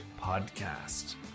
podcast